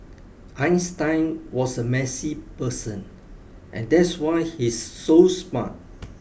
Einstein was a messy person and that's why he's so smart